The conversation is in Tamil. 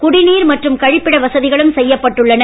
குடிநீர் மற்றும் கழிப்பிட வசதிகளும் செய்யப்பட்டுள்ளன